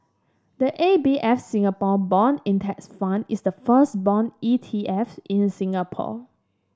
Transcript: the A B F Singapore Bond Index Fund is the first bond E T F in Singapore